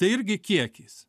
tai irgi kiekis